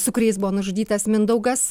su kuriais buvo nužudytas mindaugas